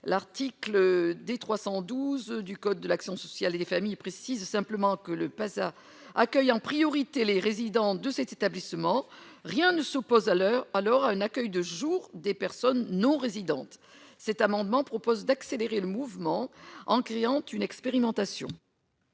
l'article D 312 du code de l'action sociale et des familles, précise simplement que l'Epasa accueille en priorité les résidents de cet établissement, rien ne s'oppose à l'heure alors à un accueil de jour, des personnes non résidente cet amendement propose d'accélérer le mouvement en créant une expérimentation.